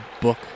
book